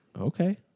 Okay